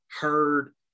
heard